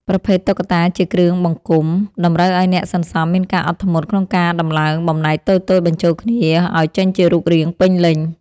ប្រភេទ តុក្កតាជាគ្រឿងបង្គុំ តម្រូវឱ្យអ្នកសន្សំមានការអត់ធ្មត់ក្នុងការតម្លើងបំណែកតូចៗបញ្ចូលគ្នាឱ្យចេញជារូបរាងពេញលេញ។